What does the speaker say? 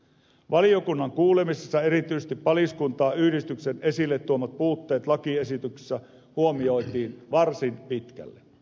valiokunnan kuulemisessa erityisesti paliskuntain yhdistyksen esille tuomat puutteet lakiesityksessä huomioitiin varsin pitkälle